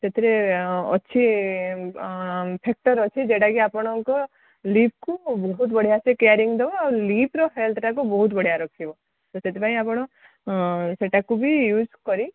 ସେଥିରେ ଅଛି ଫ୍ୟାକ୍ଟର୍ ଅଛି ଯେଉଁଟାକି ଆପଣଙ୍କ ଲିପ୍କୁ ବହୁତ ବଢ଼ିଆ ସେ କେୟାରିଙ୍ଗ ଦେବ ଆଉ ଲିପ୍ର ହେଲ୍ଥଟାକୁ ବହୁତ ବଢ଼ିଆ ରଖିବ ସେଥିପାଇଁ ଆପଣ ସେଇଟାକୁ ବି ୟୁଜ୍ କରି